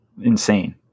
insane